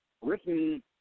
written